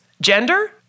gender